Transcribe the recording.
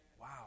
Wow